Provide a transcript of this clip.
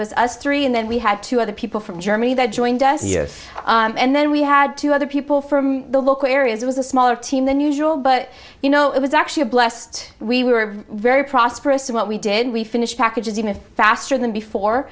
was us three and then we had two other people from germany that joined us here and then we had two other people from the local area it was a smaller team than usual but you know it was actually a blessed we were very prosperous in what we did we finished packages even faster than before